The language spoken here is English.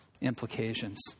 implications